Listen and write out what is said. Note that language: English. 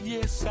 Yes